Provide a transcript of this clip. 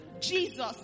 Jesus